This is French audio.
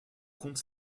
compte